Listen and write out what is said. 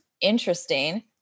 interesting